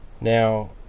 Now